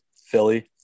Philly